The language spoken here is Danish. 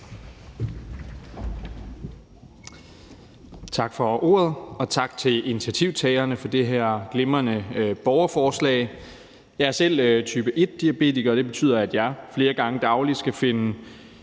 Tak for ordet. Og tak til initiativtagerne for det her glimrende borgerforslag. Jeg er selv type 1-diabetiker, og det betyder, at jeg flere gange dagligt skal finde